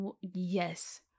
Yes